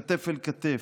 כתף אל כתף.